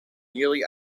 nearly